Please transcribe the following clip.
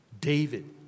David